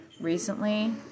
recently